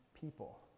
people